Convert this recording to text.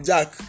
Jack